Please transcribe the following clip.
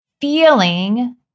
feeling